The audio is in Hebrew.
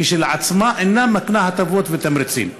כשלעצמה אינה מקנה הטבות ותמריצים?